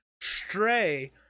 stray